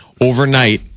overnight